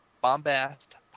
Bombast